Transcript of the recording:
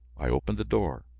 i opened the door.